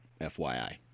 FYI